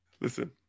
Listen